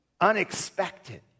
unexpected